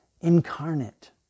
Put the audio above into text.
incarnate